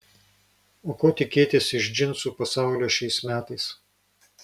o ko tikėtis iš džinsų pasaulio šiais metais